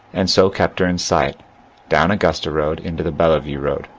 and so kept her in sight down augusta road into the bellevue road,